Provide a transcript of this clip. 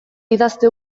idazte